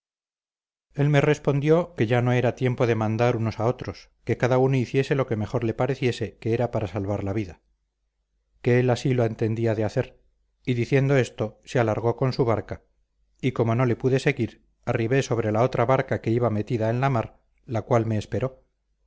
el me respondió que ya no era tiempo de mandar unos a otros que cada uno hiciese lo que mejor le pareciese que era para salvar la vida que él así lo entendía de hacer y diciendo esto se alargó con su barca y como no le pude seguir arribé sobre la otra barca que iba metida en la mar la cual me esperó